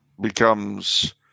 becomes